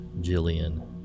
Jillian